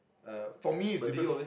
uh for me is different